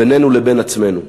בינינו לבין עצמנו,